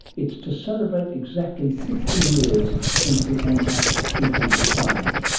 it's to celebrate exactly sixty years since the antarctic treaty was signed.